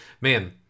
man